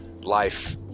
life